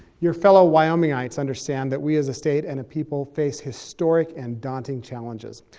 your fellow wyomingites understand that we as a state, and a people face historic and daunting challenges.